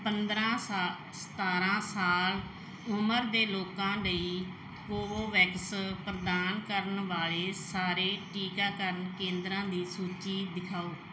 ਪੰਦਰਾਂ ਸਾ ਸਤਾਰਾਂ ਸਾਲ ਉਮਰ ਦੇ ਲੋਕਾਂ ਲਈ ਕੋਵੋਵੈਕਸ ਪ੍ਰਦਾਨ ਕਰਨ ਵਾਲੇ ਸਾਰੇ ਟੀਕਾਕਰਨ ਕੇਂਦਰਾ ਦੀ ਸੂਚੀ ਦਿਖਾਓ